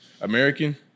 American